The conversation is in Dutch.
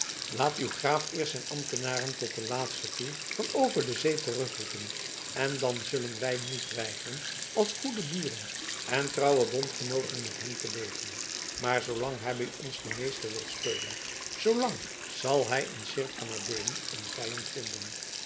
laat uw graaf eerst al zijn ambtenaren tot den laatsten toe van over de zee terugroepen en dan zullen wij niet weigeren als goede buren en trouwe bondgenooten met hem te leven maar zoolang hij bij ons den meester wil spelen zoolang zal hij in seerp van adeelen een vijand vinden